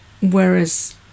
Whereas